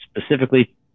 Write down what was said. specifically